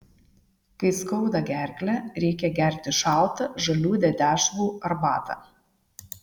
kai skauda gerklę reikia gerti šaltą žalių dedešvų arbatą